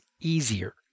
easier